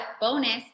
bonus